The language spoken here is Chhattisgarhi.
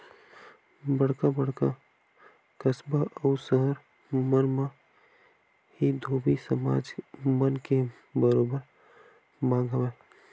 बड़का बड़का कस्बा अउ सहर मन म ही धोबी समाज मन के बरोबर मांग हवय